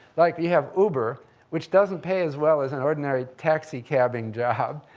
like you have uber which doesn't pay as well as an ordinary taxi-cabbing job.